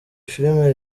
filime